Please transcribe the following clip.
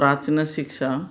प्राचीनशिक्षा